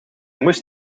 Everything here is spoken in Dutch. moest